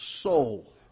soul